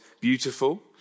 beautiful